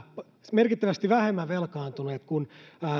merkittävästi vähemmän velkaantunut kuin